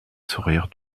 sourire